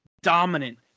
dominant